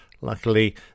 Luckily